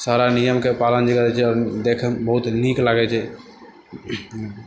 सारा नियमके पालन जे देखैमे बहुत नीक लागै छै